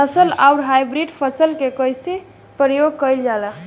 नस्ल आउर हाइब्रिड फसल के कइसे प्रयोग कइल जाला?